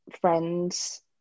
friends